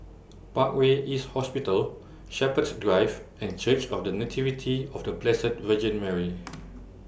Parkway East Hospital Shepherds Drive and Church of The Nativity of The Blessed Virgin Mary